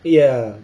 ya